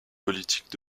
politiques